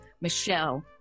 Michelle